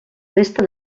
resta